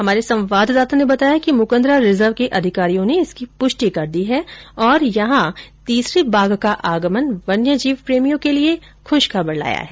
हमारे संवाददाता ने बताया कि मुकंदरा रिजर्व के अधिकारियों ने इसकी पुष्टि की है और यहां तीसरे बाघ का आगमन वन्य जीव प्रेमियों के लिये खुश खबर लाया है